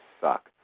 suck